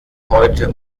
heute